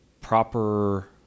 proper